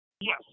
Yes